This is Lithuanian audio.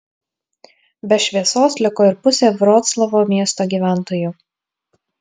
be šviesos liko ir pusė vroclavo miesto gyventojų